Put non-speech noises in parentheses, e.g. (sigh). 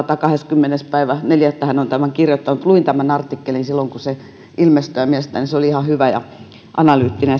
kahdeskymmenes neljättä hän on tämän kirjoittanut luin tämän artikkelin silloin kun se ilmestyi ja mielestäni se oli ihan hyvä ja analyyttinen (unintelligible)